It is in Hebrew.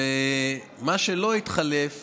ומה שלא התחלף